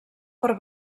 per